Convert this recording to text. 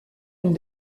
ont